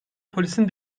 polisin